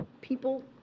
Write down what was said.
people